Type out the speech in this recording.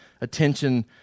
attention